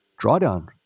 drawdown